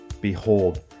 Behold